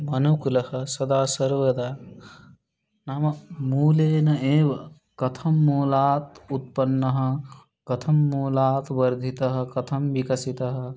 मनुकुलः सदा सर्वदा नाम मूलेन एव कथं मूलात् उत्पन्नः कथं मूलात् वर्धितः कथं विकसितः